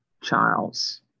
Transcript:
charles